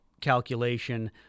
calculation